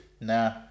Nah